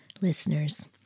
listeners